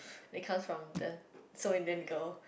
they cause from the so in them go